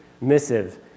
missive